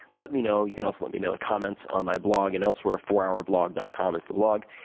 let me know. you can also let me know in comments on my blog and elsewhere. fourhourblog dot com is the blog.